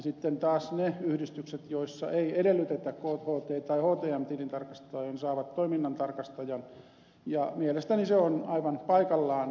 sitten taas ne yhdistykset joissa ei edellytetä kht tai htm tilintarkastajaa saavat toiminnantarkastajan ja mielestäni se on aivan paikallaan